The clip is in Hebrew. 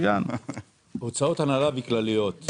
הוצאות הנהלה וכלליות.